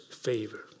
favor